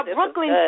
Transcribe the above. Brooklyn